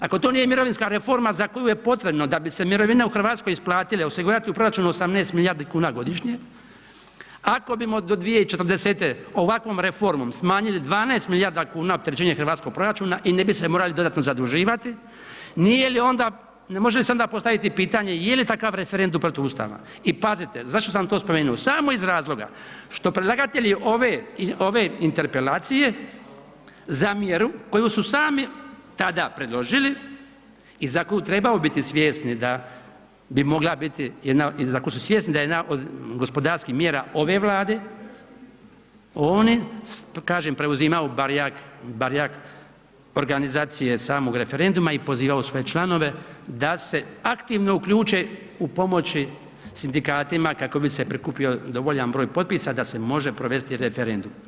Ako to nije mirovinska reforma za koju je potrebno da bi se mirovine u Hrvatskoj isplatile osigurati u proračunu 18 milijardi kuna godišnje, ako bi do 2040. ovakvom reformom smanjili 12 milijardi kuna opterećenja hrvatskog proračuna i ne bi se morali dodatni zaduživati, može li onda postaviti pitanje je li takav referendum protuustavan i pazite, zašto sam to spomenuo, samo iz razloga što predlagatelji ove interpelacije zamjeru koju su sami tada predložili i za koju trebamo biti svjesni da bi mogla biti jedna ili ako su svjesni da je jedna od gospodarskih mjera ove Vlade, oni kažem, preuzimaju barjak organizacije samog referenduma i pozivaju svoje članove da se aktivno uključe u pomoći sindikatima kako bise prikupio dovoljan broj potpisa da se može provesti referendum.